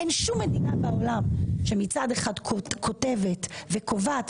אין שום מדינה בעולם שמצד אחד כותבת וקובעת,